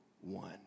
one